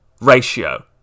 ratio